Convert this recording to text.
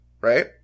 right